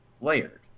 layered